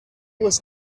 was